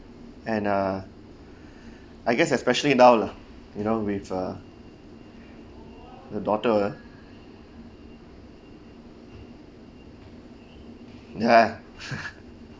and uh I guess especially now lah you know with uh the daughter ya